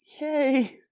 Yay